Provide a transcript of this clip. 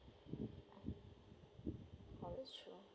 oh that's true